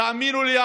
תאמינו לי,